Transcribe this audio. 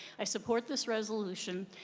i support this resolution,